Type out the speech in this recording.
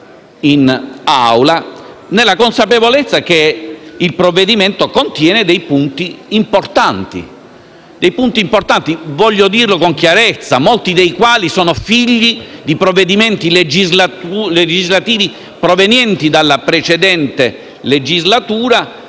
in Aula, nella consapevolezza che esso contiene dei punti importanti - voglio dirlo con chiarezza - molti dei quali sono figli di provvedimenti legislativi provenienti dalla precedente legislatura